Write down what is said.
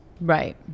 Right